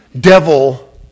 devil